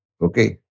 Okay